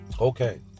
Okay